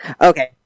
Okay